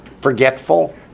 forgetful